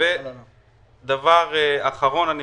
דבר אחרון, אני